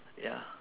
ya